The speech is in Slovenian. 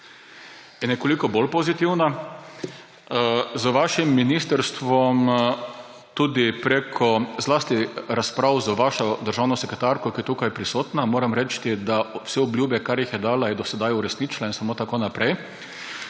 je nekoliko bolj pozitivna. Z vašim ministrstvom, zlasti prek razprav z vašo državno sekretarko, ki je tukaj prisotna – moram reči, da je vse obljube, kar jih je dala do sedaj, uresničila in samo tako naprej